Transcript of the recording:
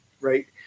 right